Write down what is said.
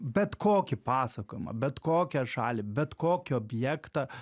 bet kokį pasakojimą bet kokią šalį bet kokį objektą